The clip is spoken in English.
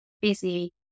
busy